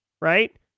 right